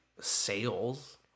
sales